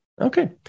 Okay